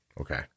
Okay